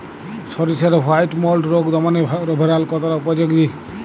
সরিষার white mould রোগ দমনে রোভরাল কতটা উপযোগী?